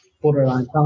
borderline